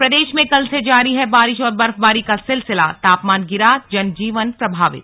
और प्रदेश में कल से जारी है बारिश और बर्फबारी का सिलसिलातापमान गिराजनजीवन प्रभावित